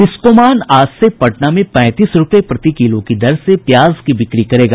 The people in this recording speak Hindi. बिस्कोमान आज से पटना में पैंतीस रूपये प्रति किलो की दर से प्याज की बिक्री करेगा